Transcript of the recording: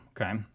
okay